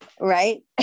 right